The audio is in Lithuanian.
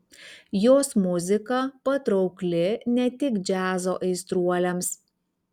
jos muzika patraukli ne tik džiazo aistruoliams